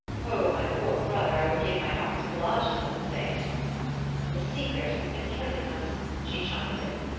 oh, my poor brother, i would give my heart's blood to unsay it the secret has been killing us she chimed in.